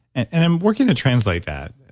and i'm working to translate that.